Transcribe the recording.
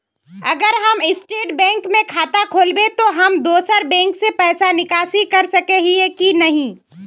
अगर हम state bank में खाता खोलबे तो हम दोसर बैंक से पैसा निकासी कर सके ही की नहीं?